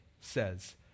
says